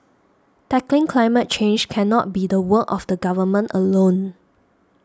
tackling climate change cannot be the work of the Government alone